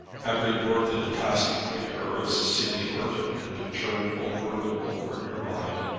every word that had passed between her and cecilia burton had been turned over and over in her mind,